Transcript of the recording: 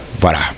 Voilà